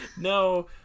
no